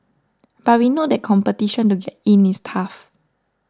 but we know that competition to get in is tough